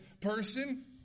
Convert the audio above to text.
person